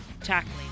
tackling